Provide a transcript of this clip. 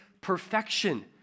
perfection